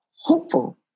hopeful